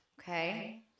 okay